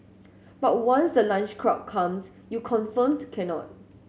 but once the lunch crowd comes you confirmed cannot